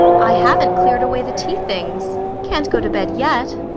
i haven't cleared away the tea things. can't go to bed yet.